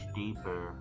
deeper